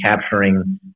capturing